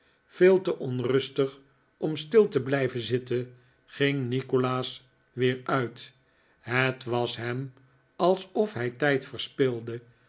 veel te onrustig om stil te blijven zitten ging nikolaas weer uit het was hem alsof hij